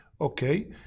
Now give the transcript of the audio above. okay